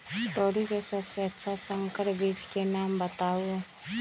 तोरी के सबसे अच्छा संकर बीज के नाम बताऊ?